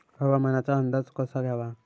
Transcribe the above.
हवामानाचा अंदाज कसा घ्यावा?